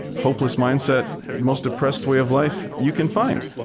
hopeless mindset, most depressed way of life you can find.